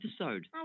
episode